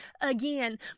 again